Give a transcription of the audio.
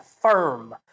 firm